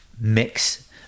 mix